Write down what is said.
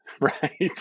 Right